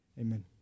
Amen